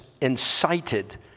incited